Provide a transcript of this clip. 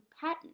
pattern